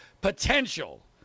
potential